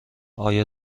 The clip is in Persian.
آیا